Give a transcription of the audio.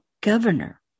governor